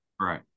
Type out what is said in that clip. Right